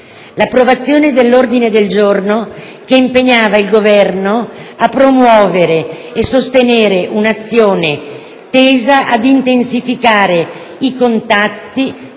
l'approvazione dell'ordine del giorno che impegnava il Governo a promuovere e sostenere un'azione, tesa ad intensificare i contatti